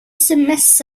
sms